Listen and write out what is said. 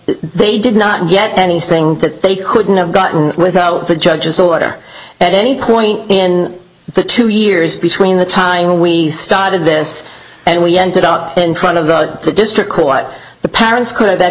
they did not get anything that they couldn't have gotten without the judge's order at any point in the two years between the time when we started this and we ended up in front of the district court the parents could ha